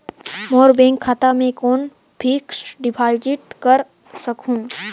मोर bank खाता मे कौन फिक्स्ड डिपॉजिट कर सकहुं?